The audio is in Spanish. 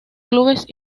clubes